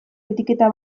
etiketa